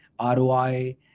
ROI